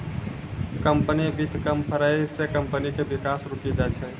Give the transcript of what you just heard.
company वित्त कम पड़ै से कम्पनी के विकास रुकी जाय छै